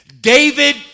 David